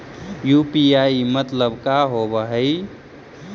UPI मतलब का होब हइ?